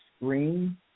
screen